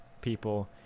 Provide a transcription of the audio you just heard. people